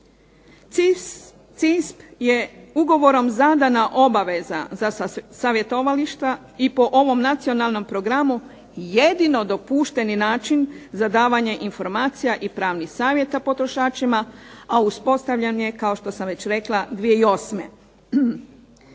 CISP je ugovorom zadana obaveza za savjetovališta i po ovom Nacionalnom programu jedino dopušteni način za davanje informacija i pravnih savjeta potrošačima, a uspostavljen je, kao što sam već rekla, 2008.